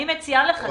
אני מציעה לכם משהו,